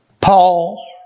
Paul